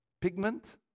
pigment